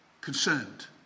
Concerned